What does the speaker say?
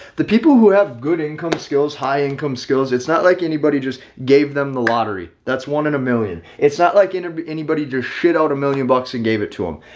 the people who have good income skills, high income skills, it's not like anybody just gave them the lottery. that's one in a million. it's not like ah anybody do shit out a million bucks and gave it to them.